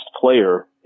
player